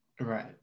Right